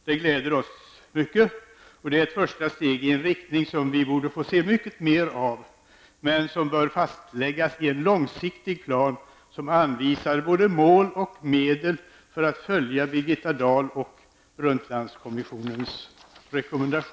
Det gläder oss mycket, och det är ett första steg som vi borde få se fler av i en riktning som dock bör fastläggas i en långsiktig plan där både mål och medel anvisas för att följa Birgitta